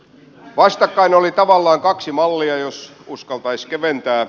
vastakkain oli tavallaan kaksi mallia jos uskaltaisi keventää